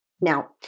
Now